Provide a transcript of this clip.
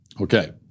Okay